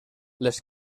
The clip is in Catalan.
les